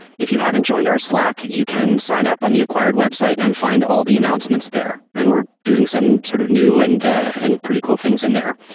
if you haven't joined our slack, you can sign up on the acquired website and find all the announcements there. and we're doing some sort of new and and pretty cool things in there.